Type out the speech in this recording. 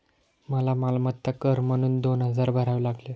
मला मालमत्ता कर म्हणून दोन हजार भरावे लागले